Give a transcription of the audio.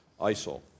ISIL